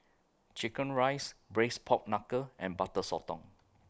Chicken Rice Braised Pork Knuckle and Butter Sotong